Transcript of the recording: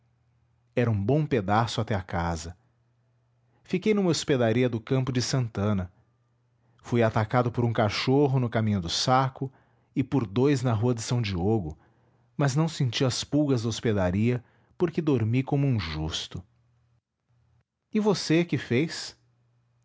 era um bom pedaço até a casa fiquei numa hospedaria do campo de sant'ana fui atacado por um cachorro no caminho do saco e por dous na rua de s diogo mas não senti as pulgas da hospedaria porque dormi como um justo e você que fez